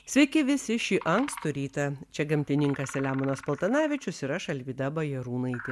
sveiki visi šį ankstų rytą čia gamtininkas selemonas paltanavičius ir aš alvyda bajarūnaitė